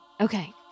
Okay